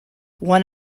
one